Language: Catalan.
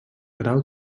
grau